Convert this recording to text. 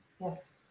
Yes